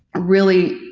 really,